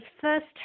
first